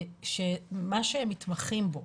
שמה שהם מתמחים בו